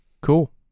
cool